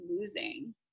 losing